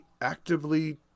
actively